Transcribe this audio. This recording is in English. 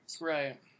Right